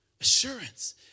Assurance